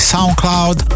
SoundCloud